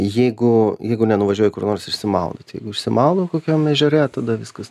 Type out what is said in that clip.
jeigu jeigu nenuvažiuoji kur nors išsimaudyti išsimaudau kokiam ežere tada viskas